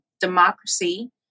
democracy